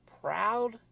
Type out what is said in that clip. proud